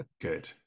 Good